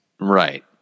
right